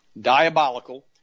diabolical